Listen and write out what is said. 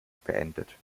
beendet